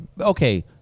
Okay